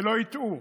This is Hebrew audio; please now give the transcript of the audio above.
שלא יטעו,